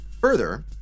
Further